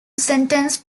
sentenced